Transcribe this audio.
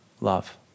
love